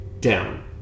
down